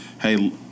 hey